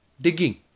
Digging